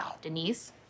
Denise